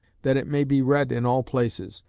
that it may be read in all places.